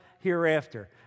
hereafter